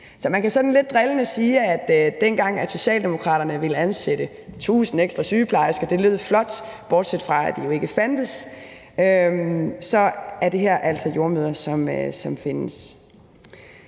kan sådan lidt drillende sige, at modsat dengang Socialdemokraterne ville ansætte 1.000 ekstra sygeplejersker – det lød flot; bortset fra at de jo ikke fandtes – så er det her altså jordemødre, som findes.